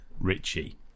Richie